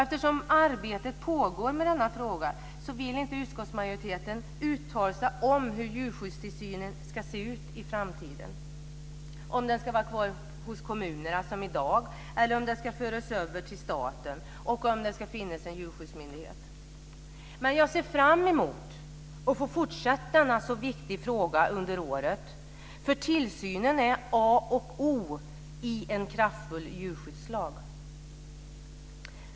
Eftersom arbetet pågår med denna fråga så vill inte utskottsmajoriteten uttala sig om hur djurskyddstillsynen ska se ut i framtiden. Det gäller t.ex. om den ska vara kvar hos kommunerna som i dag eller om den ska föras över till staten och om det ska finnas en djurskyddsmyndighet. Jag ser fram emot att få fortsätta diskutera denna så viktiga fråga under året, för tillsynen är A och O i en kraftfull djurskyddslag.